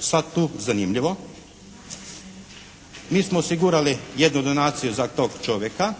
sada tu zanimljivo. Mi smo osigurali jednu donaciju za tog čovjeka.